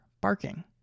barking